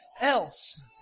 else